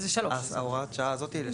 הוראת השעה הזאת.